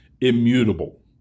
immutable